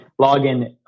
login